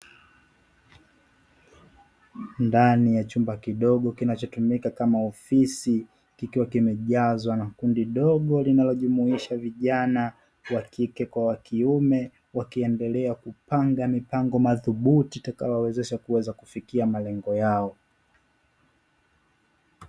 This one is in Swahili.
Ndani ya chumba kidogo kinachotumika kama ofisi kikiwa kimejazwa na kundi dogo linalojumuisha vijana wa kike na wa kiume, wakiendelea kupanga mipango madhubuti itakayowawezesha kuweza kufikia malengo yao.